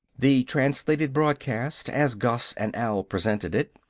the translated broadcast, as gus and al presented it,